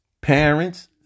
parents